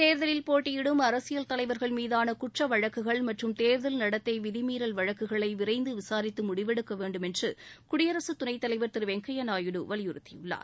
தேர்தலில் போட்டியிடும் அரசியல் தலைவர்கள் மீதாள குற்றவழக்குகள் மற்றும் தேர்தல் நடத்தை விதிமீறல் வழக்குகளை விரைந்து விசாரித்து முடிவெடுக்க வேண்டும் என்று குடியரசுத் துணைத் தலைவர் திரு வெங்கையா நாயுடு வலியுறுத்தியுள்ளார்